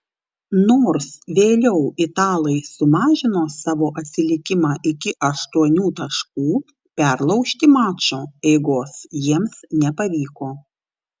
nors vėliau italai sumažino savo atsilikimą iki aštuonių taškų perlaužti mačo eigos jiems nepavyko